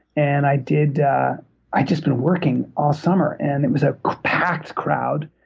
and i did i'd just been working all summer, and it was a packed crowd.